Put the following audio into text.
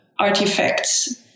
Artifacts